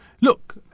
Look